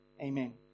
amen